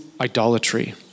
idolatry